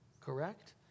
Correct